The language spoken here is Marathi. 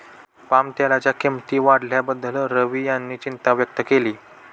पामतेलाच्या किंमती वाढल्याबद्दल रवी यांनी चिंता व्यक्त केली